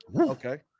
Okay